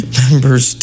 members